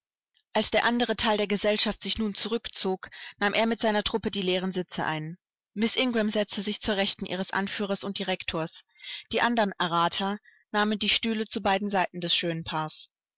als der andere teil der gesellschaft sich nun zurückzog nahm er mit seiner truppe die leeren sitze ein miß ingram setzte sich zur rechten ihres anführers und direktors die andern errater nahmen die stühle zu beiden seiten des schönen paars